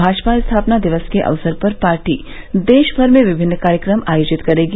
भाजपा स्थापना दिवस के अवसर पर देशमर में विभिन्न कार्यक्रम आयोजित करेगी